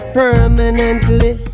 permanently